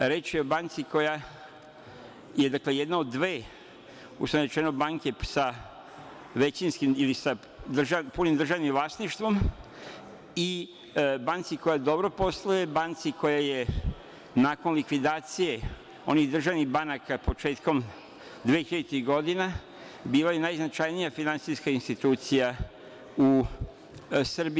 Reč je o banci koja je jedna od dve, uslovno rečeno, banke sa većinskim ili sa punim državnim vlasništvom i banci koja dobro posluje, banci koja je nakon likvidacije onih državnih banaka početkom 2000. godina bila najznačajnija finansijska institucija u Srbiji.